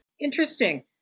Interesting